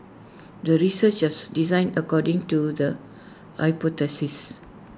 the research was designed according to the hypothesis